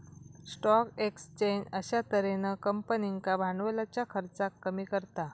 stock exchange अश्या तर्हेन कंपनींका भांडवलाच्या खर्चाक कमी करता